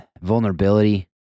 vulnerability